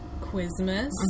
Quizmas